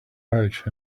pouch